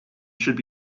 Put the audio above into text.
should